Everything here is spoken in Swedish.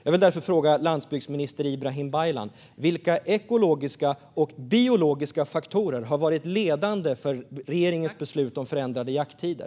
Jag vill därför fråga landsbygdsminister Ibrahim Baylan: Vilka ekologiska och biologiska faktorer har varit ledande för regeringens beslut om förändrade jakttider?